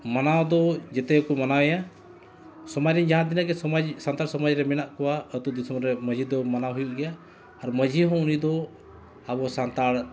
ᱢᱟᱱᱟᱣ ᱫᱚ ᱡᱷᱚᱛᱚ ᱜᱮᱠᱚ ᱢᱟᱱᱟᱣᱮᱭᱟ ᱥᱚᱢᱟᱡᱽ ᱨᱮᱱ ᱡᱟᱦᱟᱸ ᱛᱤᱱᱟᱹᱜ ᱜᱮ ᱥᱚᱢᱟᱡᱽ ᱥᱟᱱᱛᱟᱲ ᱥᱚᱢᱟᱡᱽ ᱨᱮ ᱢᱮᱱᱟᱜ ᱠᱚᱣᱟ ᱟᱛᱳ ᱫᱤᱥᱚᱢ ᱨᱮ ᱢᱟᱺᱡᱷᱤ ᱫᱚ ᱢᱟᱱᱟᱣ ᱦᱩᱭᱩᱜ ᱜᱮᱭᱟ ᱟᱨ ᱢᱟᱺᱡᱷᱤ ᱦᱚᱸ ᱩᱱᱤ ᱫᱚ ᱟᱵᱚ ᱥᱟᱱᱛᱟᱲ